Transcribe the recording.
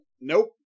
Nope